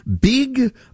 big